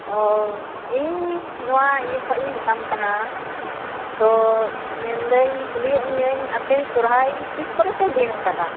ᱚᱻ ᱤᱧ ᱱᱚᱣᱟ ᱤᱭᱟᱹ ᱠᱷᱚᱡ ᱤᱧ ᱢᱮᱛᱟᱢ ᱠᱟᱱᱟ ᱛᱚ ᱢᱮᱱᱮᱫᱟᱹᱧ ᱠᱩᱞᱤᱭᱮᱫ ᱢᱮᱭᱟᱹᱧ ᱟᱯᱮ ᱥᱚᱦᱨᱟᱭ ᱛᱤᱥ ᱠᱚᱨᱮ ᱯᱮ ᱫᱤᱱ ᱟᱠᱟᱫᱟ